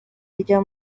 rya